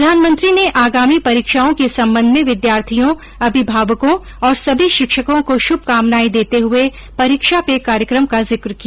प्रधानमंत्री ने आगामी परीक्षाओं के संबंध में विद्यार्थियों अभिमावकों और सभी शिक्षकों को शुभकामनाएं देते हुए परीक्षा पे कार्यक्रम का जिक्र किया